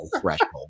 threshold